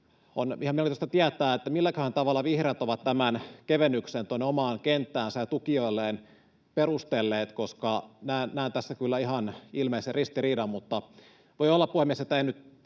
on ihan mielenkiintoista tietää, milläköhän tavalla vihreät ovat tämän kevennyksen tuonne omaan kenttäänsä ja tukijoilleen perustelleet, koska näen tässä kyllä ihan ilmeisen ristiriidan. Voi olla, puhemies, että en nyt